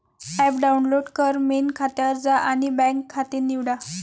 app download कर, main खात्यावर जा आणि बँक खाते निवडा